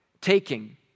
taking